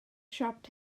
siop